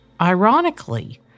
Ironically